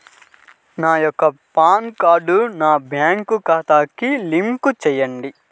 నా యొక్క పాన్ కార్డ్ని నా బ్యాంక్ ఖాతాకి లింక్ చెయ్యండి?